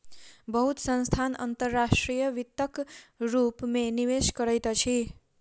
बहुत संस्थान अंतर्राष्ट्रीय वित्तक रूप में निवेश करैत अछि